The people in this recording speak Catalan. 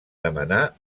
demanà